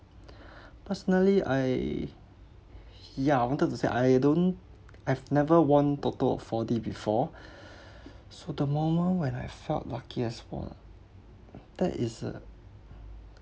personally I ya I wanted to say I don't I've never won toto or four d before so the moment when I felt luckiest !whoa! that is a